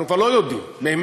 אנחנו כבר לא יודעים באמת,